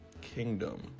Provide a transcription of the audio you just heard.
Kingdom